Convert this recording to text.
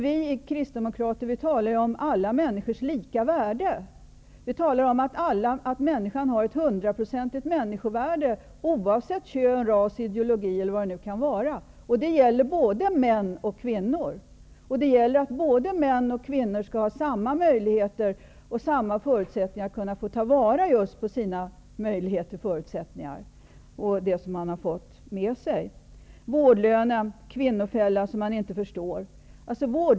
Vi kristdemokrater talar om alla människors lika värde. Vi talar om att människan har ett hundraprocentigt människovärde oavsett kön, ras, ideologi eller vad det nu kan vara. Det gäller både män och kvinnor. Män och kvinnor skall ha samma möjligheter och förutsättningar att ta till vara just sina möjligheter, förutsättningar och det man har fått med sig. Det sades att vårdlönen är en kvinnofälla som man inte förstår.